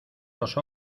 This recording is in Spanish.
los